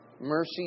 mercy